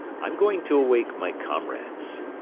i'm going to awake my comrades.